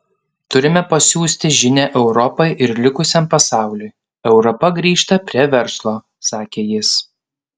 turime pasiųsti žinią europai ir likusiam pasauliui europa grįžta prie verslo sakė jis